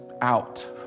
out